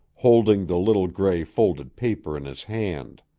holding the little gray folded paper in his hand.